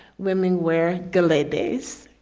women were delayed days.